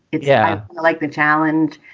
it's yeah like the challenge.